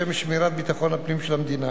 לשם שמירת ביטחון הפנים של המדינה.